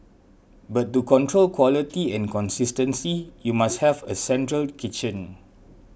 but to control quality and consistency you must have a central kitchen